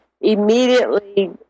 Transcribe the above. immediately